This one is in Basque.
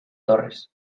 torres